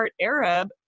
Arab